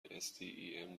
stem